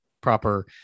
proper